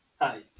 Hi